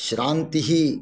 श्रान्तिः